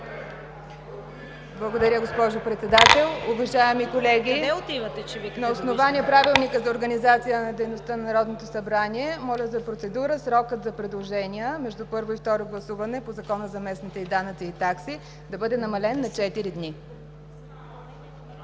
Благодаря, госпожо Председател. Уважаеми колеги, на основание Правилника за организацията и дейността на Народното събрание моля за процедура срокът за предложения между първо и второ гласуване по Закона за местните данъци и такси да бъде намален на четири